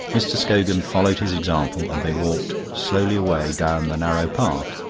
mr. scogan followed his example, and they walked slowly away down the narrow path,